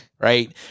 right